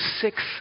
six